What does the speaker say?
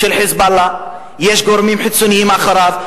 של "חיזבאללה"; יש גורמים חיצוניים מאחוריו.